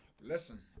Listen